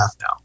now